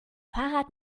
fahrrad